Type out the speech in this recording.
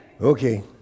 okay